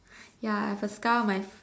ya I have a scar on my